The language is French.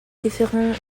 différents